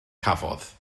cafodd